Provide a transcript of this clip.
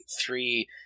three